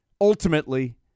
ultimately